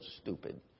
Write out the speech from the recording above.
stupid